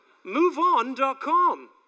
MoveOn.com